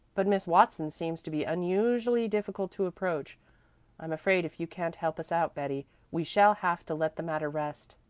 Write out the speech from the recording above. but miss watson seems to be unusually difficult to approach i'm afraid if you can't help us out, betty, we shall have to let the matter rest.